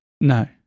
no